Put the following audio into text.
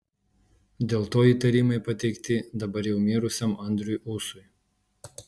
dėl to įtarimai pateikti dabar jau mirusiam andriui ūsui